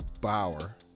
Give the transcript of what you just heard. Bauer